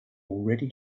already